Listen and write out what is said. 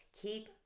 Keep